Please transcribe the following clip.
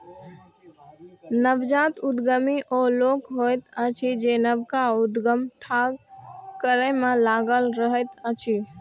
नवजात उद्यमी ओ लोक होइत अछि जे नवका उद्यम ठाढ़ करै मे लागल रहैत अछि